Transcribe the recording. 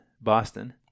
Boston